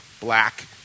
black